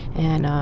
and